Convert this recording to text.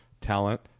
talent